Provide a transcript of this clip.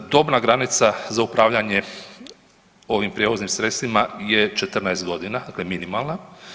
Dobna granica za upravljanje ovim prijevoznim sredstvima je 14 godina, dakle minimalna.